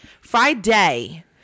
friday